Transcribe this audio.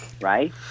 right